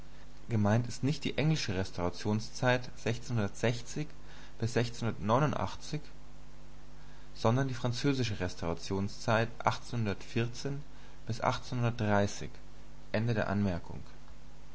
gemeint ist nicht die englisches sondern die französische restaurationszeit